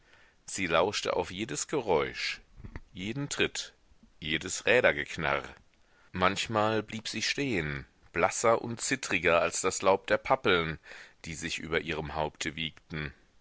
sie lauschte auf jedes geräusch jeden tritt jedes rädergeknarr manchmal blieb sie stehen blasser und zittriger als das laub der pappeln die sich über ihrem haupte wiegten